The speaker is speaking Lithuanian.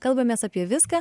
kalbamės apie viską